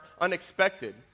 unexpected